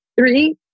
three